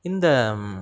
இந்த